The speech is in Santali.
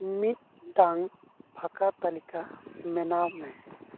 ᱢᱤᱫᱴᱟᱝ ᱯᱷᱟᱠᱟ ᱛᱟᱹᱞᱤᱠᱟ ᱵᱮᱱᱟᱣᱢᱮ